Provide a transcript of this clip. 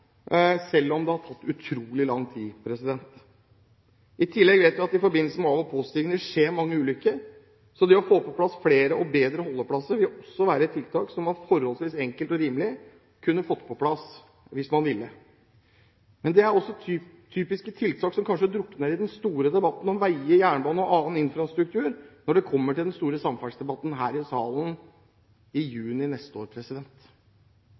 selv om det har tatt utrolig lang tid. I tillegg vet vi at det i forbindelse med av- og påstigning skjer mange ulykker. Så det å få på plass flere og bedre holdeplasser vil også være et tiltak som er forholdsvis enkelt og rimelig å få på plass hvis man vil. Det er tiltak som kanskje typisk drukner i den store debatten om veier, jernbane og annen infrastruktur når det kommer til den store samferdselsdebatten her i salen i juni neste år.